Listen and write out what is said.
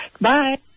Bye